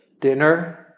dinner